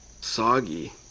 soggy